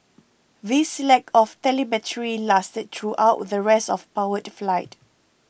this lack of telemetry lasted throughout the rest of powered flight